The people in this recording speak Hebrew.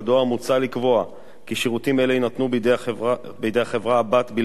מוצע לקבוע כי שירותים אלו יינתנו בידי החברה הבת בלבד,